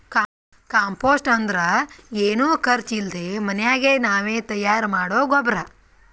compost ಅಂದ್ರ ಏನು ಖರ್ಚ್ ಇಲ್ದೆ ಮನ್ಯಾಗೆ ನಾವೇ ತಯಾರ್ ಮಾಡೊ ಗೊಬ್ರ